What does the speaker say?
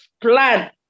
plan